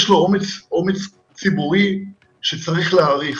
יש לו אומץ ציבורי שצריך להעריך.